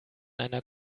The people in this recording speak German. einer